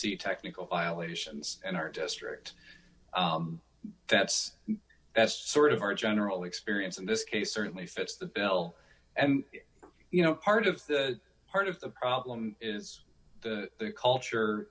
see technical violations in our district that's sort of our general experience and this case certainly fits the bill and you know part of part of the problem is the culture